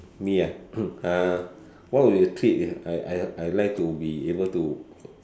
me ah uh what would be the treat I I I like to be able to